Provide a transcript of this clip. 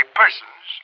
persons